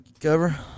Cover